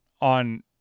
on